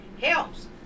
Helps